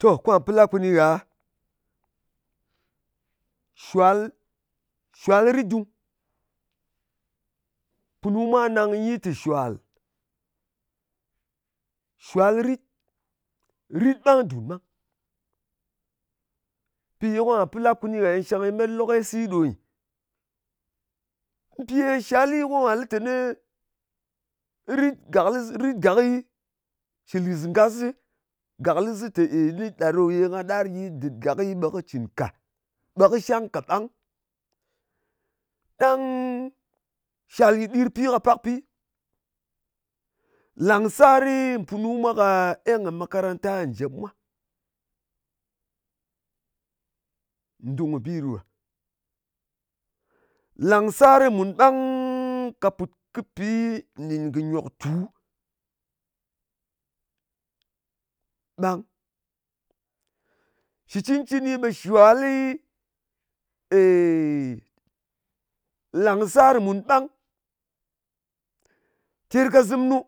To, kwà, pɨ lap kɨni gha, shuwal, shuwal rit ɗung. Punu mwa nang nyi tè shuwal. Shuwal rit. Rit ɓang, dùn ɓang. Bi ye ka pɨn lap kɨni gha shang dɨm lokesi ɗo nyɨ. Ye shali, ko ngà lɨ teni rit gàkɨs, rit gàki, shɨ lis ngasi gàklɨ teni ɗa ɗo ye nga ɗar gyi dɨt gàki, ɓe cɨn ka. Ɓe kɨ shang ka ɓang. Ɗang shal nyɨ ɗir pi ka pakpi. Lang sari, mpunu mwa ka eng kɨ makaranta njep mwa. Nɗung kɨ bi ɗo ɗa. Lang sari mùn ɓang ka put kɨ pi nɗin kɨ nyòktu ɓang. Shli cɨncɨni, ɓe shali, èy, làng sar mun ɓang. Terkazɨm nu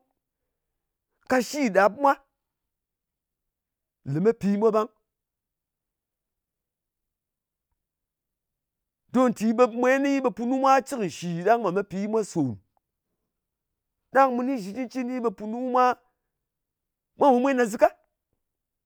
ka shi ɗap mwa leme pi mwa ɓang. Don nti ɓe punu mwa cɨk nshì ɗang mwa me pi mwa sòn. Ɗang mu ni shɨ cɨni, ɓe mu ni punu mwa pò mwen ɗa zɨka.